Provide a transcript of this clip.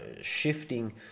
shifting